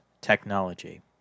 technology